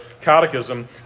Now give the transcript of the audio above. catechism